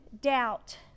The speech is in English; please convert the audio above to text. doubt